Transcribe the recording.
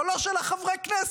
אבל לא של חברי הכנסת.